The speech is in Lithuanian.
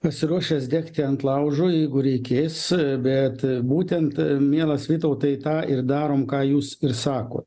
pasiruošęs degti ant laužo jeigu reikės bet būtent mielas vytautai tą ir darom ką jūs ir sakot